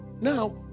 Now